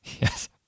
yes